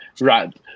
right